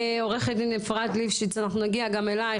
--- עורכת הדין אפרת ליפשיץ אנחנו נגיע גם אליך,